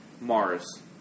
Mars